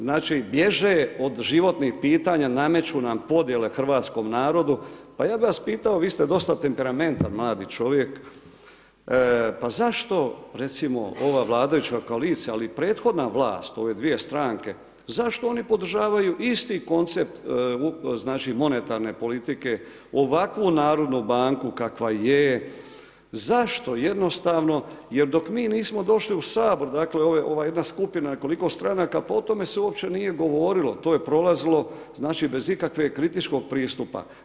Znači bježe od životnih pitanja, nameću nam podjele hrvatskom narodu, pa ja bih vas pitao, vi ste dosta temperamentan mladi čovjek, pa zašto recimo ova vladajuća koalicija, ali i prethodna vlast u ove dvije stranke, zašto oni podržavaju isti koncept monetarne politike, ovakvu Narodnu banku kakva je, zašto jednostavno, jer dok mi nismo došli u Sabor, dakle ova jedna skupina koliko stranaka, pa o tome se uopće nije govorilo, to je prolazilo znači bez ikakvog kritičkog pristupa.